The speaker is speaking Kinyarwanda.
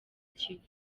kivu